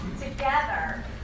together